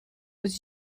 was